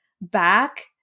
back